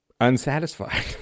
unsatisfied